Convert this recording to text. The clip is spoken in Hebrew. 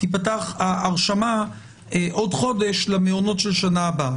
תפתח ההרשמה עוד חודש למעונות של שנה הבאה.